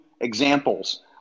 examples